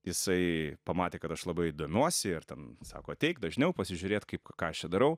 jisai pamatė kad aš labai domiuosi ir ten sako ateik dažniau pasižiūrėt kaip ką aš čia darau